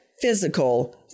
physical